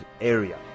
area